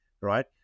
right